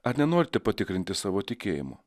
ar nenorite patikrinti savo tikėjimo